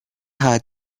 her